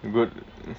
good